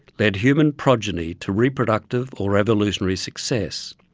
led human progeny to reproductive or evolutionary success,